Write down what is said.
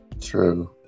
True